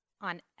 on